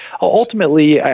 ultimately